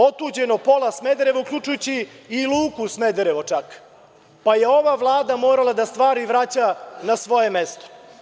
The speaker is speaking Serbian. Otuđeno je pola Smedereva uključujući čak i luku Smederevo, pa je ova Vlada morala stvari da vraća na svoje mesto.